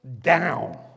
down